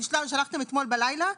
אחרי שהוא נשלח אתמול בלילה.